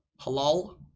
Halal